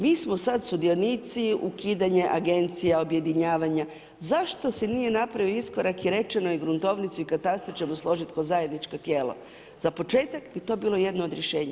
Mi smo sad sudionici ukidanja agencija, objedinjavanja, zašto se nije napravio iskorak i rečeno je gruntovnicu i katastar ćemo složiti kao zajedničko tijelo, za početak bi to bilo jedno od rješenja.